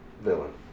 villain